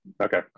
Okay